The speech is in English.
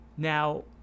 Now